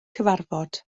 cyfarfod